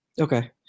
Okay